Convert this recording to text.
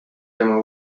tema